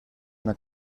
una